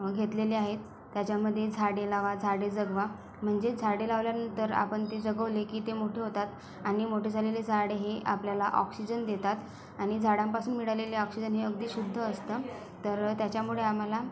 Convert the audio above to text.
घेतलेले आहेत त्याच्यामध्ये झाडे लावा झाडे जगवा म्हणजे झाडे लावल्यानंतर आपण ती जगवली की ते मोठे होतात आणि मोठे झालेले झाड हे आपल्याला ऑक्सिजन देतात आणि झाडांपासून मिळालेले ऑक्सिजन हे अगदी शुद्ध असतं तर त्याच्यामुळे आम्हाला